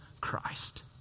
Christ